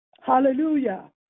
Hallelujah